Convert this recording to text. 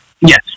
yes